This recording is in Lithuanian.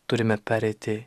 turime pereiti